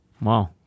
Wow